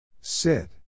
Sit